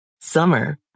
Summer